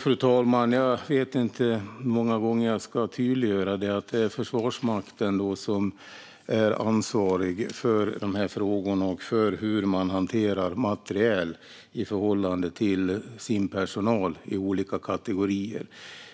Fru talman! Jag vet inte hur många gånger jag ska tydliggöra att det är Försvarsmakten som är ansvarig för de här frågorna och för hur man hanterar materiel i förhållande till sin personal i olika kategorier.